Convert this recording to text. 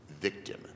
victim